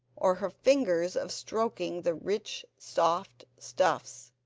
or her fingers of stroking the rich soft stuffs,